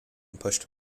pushed